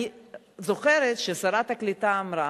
אני זוכרת ששרת הקליטה אמרה: